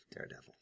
Daredevil